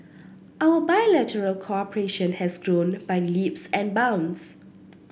our bilateral cooperation has grown by leaps and bounds